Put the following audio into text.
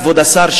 כבוד השר,